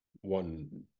one